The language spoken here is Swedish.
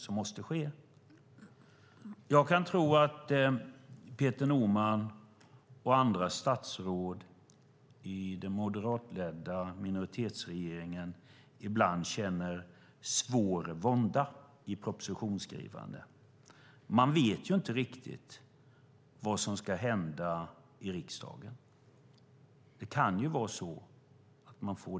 Peter Norman och andra statsråd i den moderatledda minoritetsregeringen känner nog ibland stor vånda i propositionsskrivandet. Man vet inte riktigt vad som ska hända i riksdagen. Man kan ju få däng.